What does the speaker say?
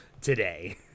today